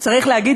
צריך להגיד,